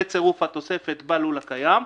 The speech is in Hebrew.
בצירוף התוספת בלול הקיים,